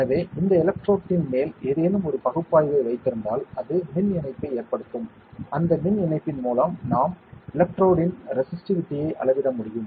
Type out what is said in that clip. எனவே இந்த எலக்ட்ரோடுட்டின் மேல் ஏதேனும் ஒரு பகுப்பாய்வை வைத்திருந்தால் அது மின் இணைப்பை ஏற்படுத்தும் அந்த மின் இணைப்பின் மூலம் நாம் எலக்ட்ரோடுட்டின் ரேசிஸ்டிவிடி ஐ அளவிட முடியும்